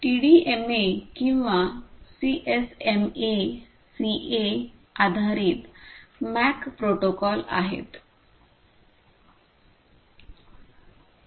TDMA किंवा CSMA CA आधारित MAC protocol आहेत